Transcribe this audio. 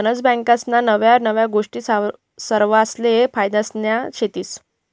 गनज बँकास्ना नव्या नव्या गोष्टी सरवासले फायद्यान्या शेतीस